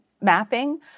mapping